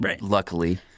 luckily